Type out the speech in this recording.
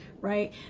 Right